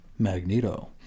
Magneto